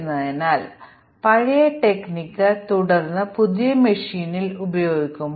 ഒരു പ്രശ്നത്തെ equivalent mutants എന്ന് വിളിക്കുന്നു